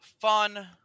fun